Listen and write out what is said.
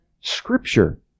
Scripture